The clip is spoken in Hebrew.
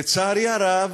לצערי הרב,